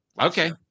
Okay